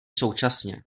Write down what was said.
současně